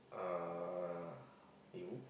uh you